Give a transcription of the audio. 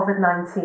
COVID-19